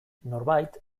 norbait